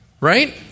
right